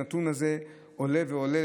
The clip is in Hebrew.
והנתון הזה עולה ועולה,